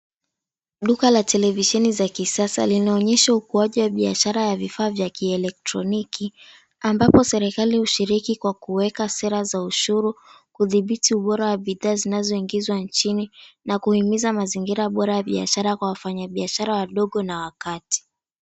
Duka la televisheni za kisasa linaonyesha ukuaji wa biashara ya vifaa vya kielektroniki, ambapo serikali ushiriki kwa kuweka sera za ushuru, kudhibiti ubora wa bidhaa zinazoingizwa nchini na kuhimiza mazingira bora ya biashara kwa wafanyabiashara wadogo na wa kati.